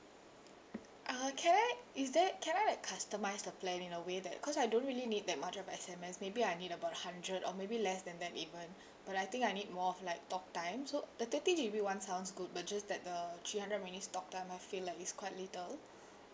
uh can I is there can I like customise a plan in a way that because I don't really need that much of S_M_S maybe I need about a hundred or maybe less than that even but I think I need more of like talk time so the thirty G_B one sounds good but just that the three hundred minutes talk time I feel like it's quite little